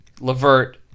Levert